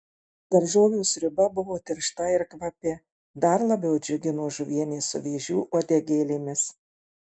daržovių sriuba buvo tiršta ir kvapi dar labiau džiugino žuvienė su vėžių uodegėlėmis